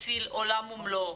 הציל עולם ומלואו,